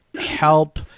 help